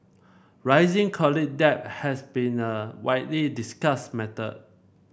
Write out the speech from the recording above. rising college debt has been a widely discussed matter